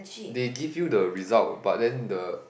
they give you the result but then the